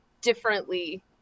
differently